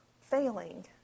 failing